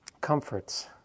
comforts